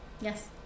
Yes